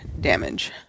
damage